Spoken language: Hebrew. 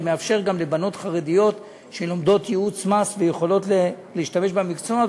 זה מאפשר גם לבנות חרדיות שלומדות ייעוץ מס ויכולות להשתמש במקצוע,